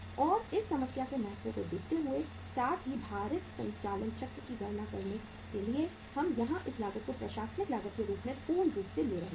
और इस समस्या के महत्व को देखते हुए साथ ही भारित संचालन चक्र की गणना करने के लिए हम यहां इस लागत को प्रशासनिक लागत के रूप में पूर्ण रूप से ले रहे हैं